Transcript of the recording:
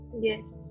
yes